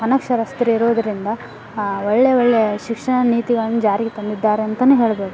ಅನಕ್ಷರಸ್ಥರು ಇರೋದರಿಂದ ಒಳ್ಳೆಯ ಒಳ್ಳೆಯ ಶಿಕ್ಷಣ ನೀತಿಗಳನ್ನು ಜಾರಿಗೆ ತಂದಿದ್ದಾರೆ ಅಂತಲೇ ಹೇಳ್ಬೋದು